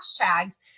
hashtags